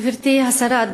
גברתי השרה,